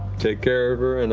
take care of her, and